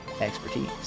expertise